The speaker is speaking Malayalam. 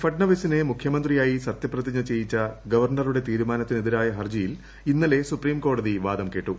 ഫട്നവിസിനെ മുഖ്യമന്ത്രിയായി സത്യപ്രതിജ്ഞ ചെയ്യിച്ച ഗവർണറുടെ തീരുമാനത്തിനെതിരായ ഹർജിയിൽ ഇന്നലെ സൂപ്രീം കോടതി വാദം കേട്ടു